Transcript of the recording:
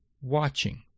watching